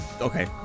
okay